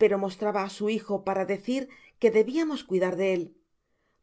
pero mostraba á su hijo para decir que debiamos cuidar de él